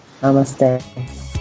Namaste